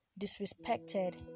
disrespected